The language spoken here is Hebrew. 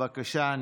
בבקשה.